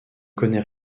connaît